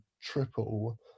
triple